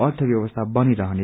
अर्थ व्यवस्था बनिरहेने